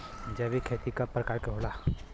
जैविक खेती कव प्रकार के होला?